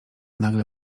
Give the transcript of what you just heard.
nagle